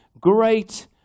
great